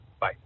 bye